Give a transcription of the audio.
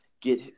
get –